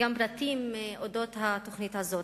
גם פרטים על אודות התוכנית הזו.